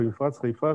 במפרץ חיפה,